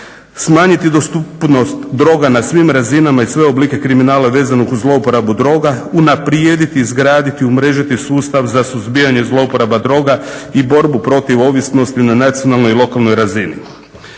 smanjiti dostupnost droga na svim razinama i sve oblike kriminala vezanog uz zlouporabu droga, unaprijediti, izgraditi, umrežiti sustav za suzbijanje zlouporaba droga i borbu protiv ovisnosti na nacionalnoj i lokalnoj razini.